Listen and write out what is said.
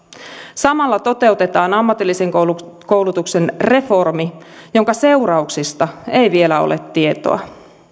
samalla toteutetaan ammatillisen koulutuksen koulutuksen reformi jonka seurauksista ei vielä ole tietoa